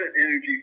energy